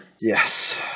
Yes